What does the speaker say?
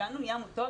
שכולנו נהיה עמותות?